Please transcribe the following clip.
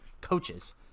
coaches